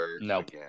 nope